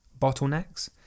bottlenecks